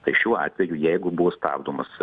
tai šiuo atveju jeigu buvo stabdomas